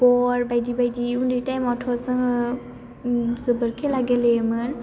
गर बायदि बायदि उन्दै थाइम आवथ' जोङो जोबोर खेला गेलेयोमोन